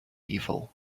evil